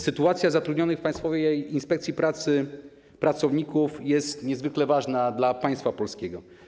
Sytuacja zatrudnionych w Państwowej Inspekcji Pracy pracowników jest niezwykle ważna dla państwa polskiego.